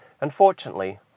Unfortunately